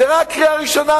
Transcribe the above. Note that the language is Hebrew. זה רק קריאה ראשונה,